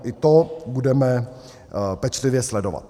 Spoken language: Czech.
I to budeme pečlivě sledovat.